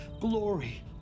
glory